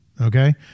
Okay